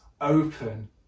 open